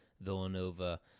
Villanova